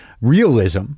realism